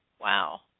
Wow